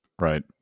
Right